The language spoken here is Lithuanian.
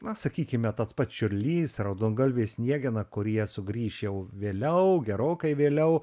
na sakykime tas pats čiurlys raudongalvė sniegena kurie sugrįš jau vėliau gerokai vėliau